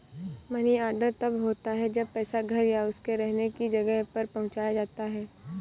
money order तब होता है जब पैसा घर या उसके रहने की जगह पर पहुंचाया जाता है